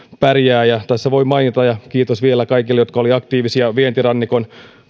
pärjäävät tässä voi mainita kiitokset vielä kaikille jotka olivat aktiivisia vientirannikon